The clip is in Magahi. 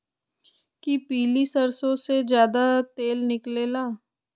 कि पीली सरसों से ज्यादा तेल निकले ला?